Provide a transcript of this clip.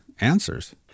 answers